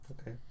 Okay